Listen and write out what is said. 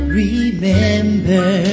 remember